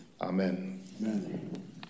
Amen